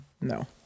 No